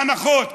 הנחות,